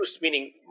meaning